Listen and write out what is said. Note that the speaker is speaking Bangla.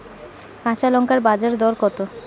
কাঁচা লঙ্কার বাজার দর কত?